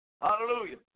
Hallelujah